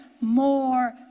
more